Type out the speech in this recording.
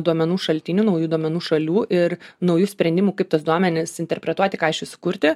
duomenų šaltinių naujų duomenų šalių ir naujų sprendimų kaip tuos duomenis interpretuoti ką iš jų sukurti